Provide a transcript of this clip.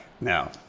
now